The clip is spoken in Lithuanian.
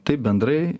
taip bendrai